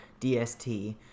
DST